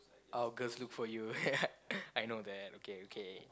all girls look for you I know that okay okay